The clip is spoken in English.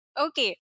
Okay